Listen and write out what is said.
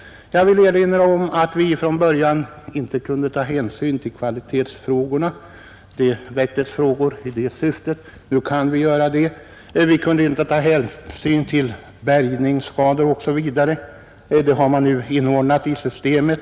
Jag vill erinra om att vi från början inte kunde ta hänsyn till kvalitetsfrågorna. Nu kan vi göra det. Vi kunde inte ta hänsyn till bärgningsskador. Dessa har nu också inordnats i systemet.